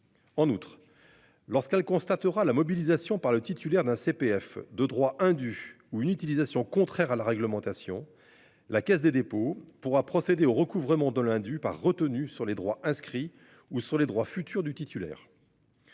En outre. Lorsqu'elle constatera la mobilisation par le titulaire d'un CPF de droits indus ou une utilisation contraire à la réglementation. La Caisse des dépôts pourra procéder au recouvrement de l'Hindu par retenue sur les droits inscrits ou sur les droits futurs du titulaire.--